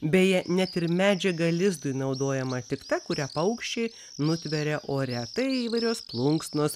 beje net ir medžiaga lizdui naudojama tik ta kurią paukščiai nutveria ore tai įvairios plunksnos